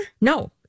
No